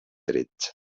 drets